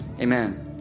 amen